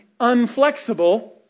unflexible